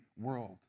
world